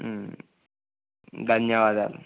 ధన్యవాదాలు